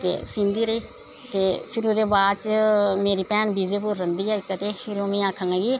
ते सींदी रेही ते फिर ओह्दे बाद मेरी भैन इक विजयपुर रौंह्दी ऐ ते पिर ओह् मिगी आखन लगी